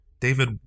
David